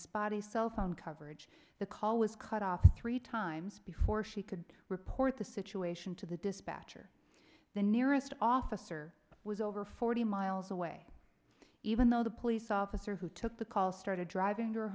spotty cell phone coverage the call was cut off three times before she could report the situation to the dispatcher the nearest officer was over forty miles away even though the police officer who took the call started driving